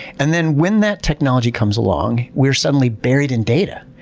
and then when that technology comes along, we're suddenly buried in data.